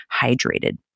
hydrated